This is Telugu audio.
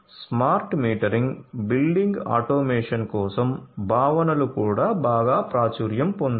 స్మార్ట్ మీటరింగ్ బిల్డింగ్ ఆటోమేషన్ కోసం భావనలు కూడా బాగా ప్రాచుర్యం పొందాయి